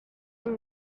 kuri